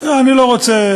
אני לא רוצה,